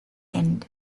end